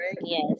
yes